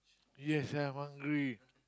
yes I'm hungry